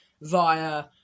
via